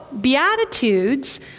beatitudes